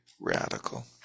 radical